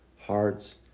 hearts